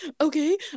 okay